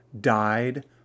died